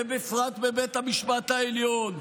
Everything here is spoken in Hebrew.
ובפרט בבית המשפט העליון,